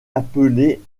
appelée